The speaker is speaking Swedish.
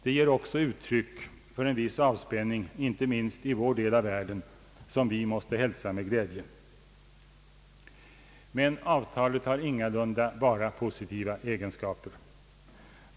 Det ger också uttryck för en viss avspänning, inte minst i vår del av världen, som vi måste hälsa med glädje. Men avtalet har ingalunda bara positiva egenskaper.